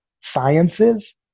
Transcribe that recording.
sciences